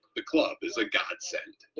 the club is a godsend.